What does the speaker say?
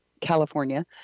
California